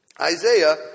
Isaiah